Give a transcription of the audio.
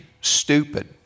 Stupid